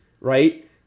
right